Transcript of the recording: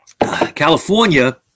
California